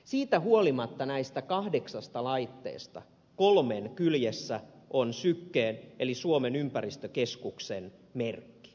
siitä huolimatta näistä kahdeksasta laitteesta kolmen kyljessä on syken eli suomen ympäristökeskuksen merkki